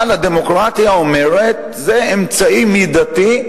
אבל הדמוקרטיה אומרת שזה אמצעי מידתי.